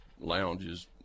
lounges